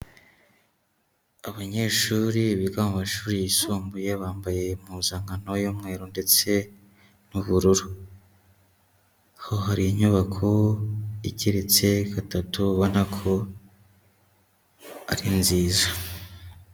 Abanyeshuri biga mu mashuri yisumbuye, bambaye impuzankano y'umweru ndetse n'ubururu, aho hari inyubako igeretse gatatu, ubona ko ari nziza.